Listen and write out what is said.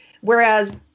Whereas